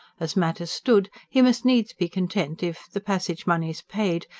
as matters stood, he must needs be content if, the passage-moneys paid,